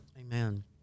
Amen